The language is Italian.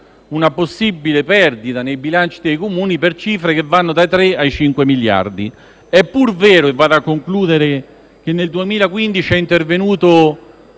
una possibile perdita nei bilanci dei Comuni per cifre che vanno dai 3 ai 5 miliardi di euro. È pur vero, e vado a concludere, che nel 2015 è intervenuto,